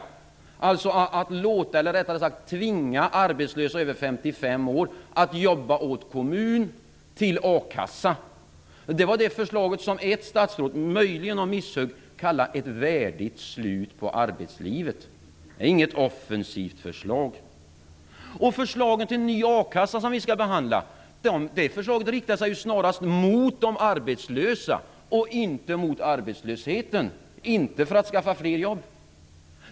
Det innebär att man låter, eller rättare sagt tvingar, arbetslösa över 55 år att jobba åt kommunerna med a-kasseersättning. Det var det förslaget som ett statsråd, möjligen av misshugg, kallade för ett värdigt slut på arbetslivet. Det är inget offensivt förslag. Förslaget som vi skall behandla om en ny a-kassa riktar sig ju snarast mot de arbetslösa, inte mot arbetslösheten. Det skaffar inte fler jobb.